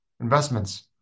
investments